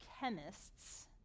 chemists